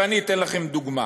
ואני אתן לכם דוגמה.